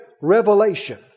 revelation